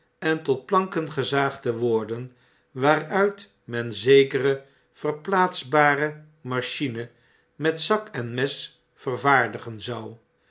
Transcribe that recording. en tot planken gezaagd te worden waaruit men zekere verplaatsbare machine met zak en mes vervaardigen zou